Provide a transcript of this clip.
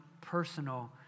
personal